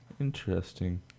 Interesting